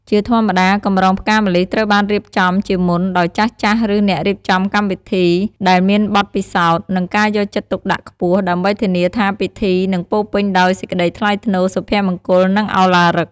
ជាធម្មតា កម្រងផ្កាម្លិះត្រូវបានរៀបចំជាមុន ដោយចាស់ៗឬអ្នករៀបចំកម្មវិធីដែលមានបទពិសោធន៍ និងការយកចិត្តទុកដាក់ខ្ពស់ ដើម្បីធានាថាពិធីនឹងពោរពេញដោយសេចក្ដីថ្លៃថ្នូរ សុភមង្គល និងឳឡារិក។